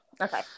Okay